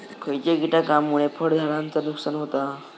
खयच्या किटकांमुळे फळझाडांचा नुकसान होता?